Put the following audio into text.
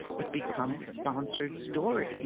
it becomes a sponsored story, you